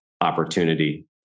opportunity